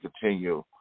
continue